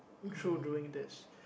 through doing this